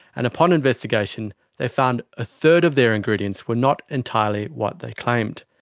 and upon investigation they found a third of their ingredients were not entirely what they claimed.